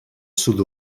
sud